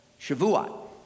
Shavuot